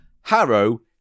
Harrow